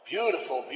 Beautiful